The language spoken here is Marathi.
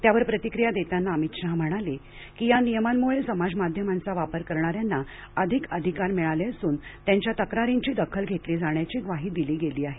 त्यावर प्रतिक्रिया देताना अमित शहा म्हणाले की या नियमांमुळं समाज माध्यमांचा वापर करणाऱ्यांना अधिक अधिकार मिळाले असून त्याच्या तक्रारींची दखल घेतली जाण्याची ग्वाही दिली गेली आहे